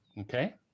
Okay